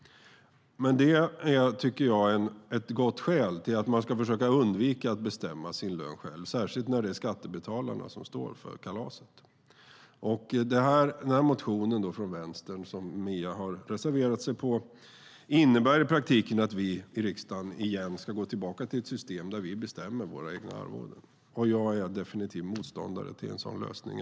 Men det tycker jag är ett gott skäl till att man ska försöka undvika att bestämma sin lön själv, särskilt när det är skattebetalarna som står för kalaset. Den motionen från Vänstern som Mia har reserverat sig för innebär i praktiken att vi i riksdagen ska gå tillbaka till ett system där vi bestämmer våra egna arvoden. Jag är definitiv motståndare till en sådan lösning.